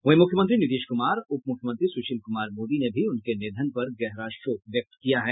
वहीं मुख्यमंत्री नीतीश कुमार उपमुख्यमंत्री सुशील कुमार मोदी ने भी उनके निधन पर गहरा शोक व्यक्त किया है